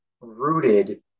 rooted